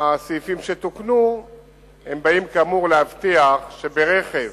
הסעיפים שתוקנו באים כאמור להבטיח שברכב,